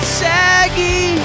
saggy